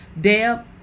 Deb